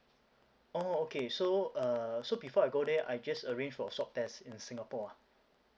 oh okay so uh so before I go there I just arrange for swab test in singapore ah